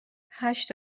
هشت